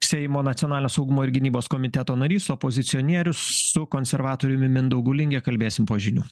seimo nacionalinio saugumo ir gynybos komiteto narys opozicionierius su konservatoriumi mindaugu linge kalbėsim po žinių